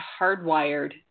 hardwired